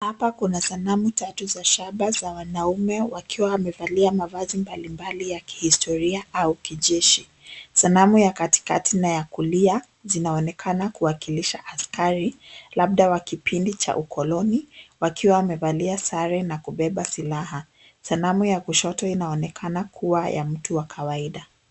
Hapa kuna sanamu tau za shaba za wanaume wakiwa wamevalia mavazi mbalimbali ya kihistoria au kijeshi. Sanamu ya katikati na ya kulia zinaonekana kuwakilisha askari labda wa kipindi cha ukoloni wakiwa wamevalia sare na kubeba silaha. Sanamu ya kushoto inaonekana kuwa ya mtu wa kawaida.